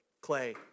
clay